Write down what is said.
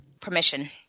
Permission